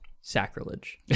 Sacrilege